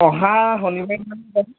অহা শনিবাৰে তই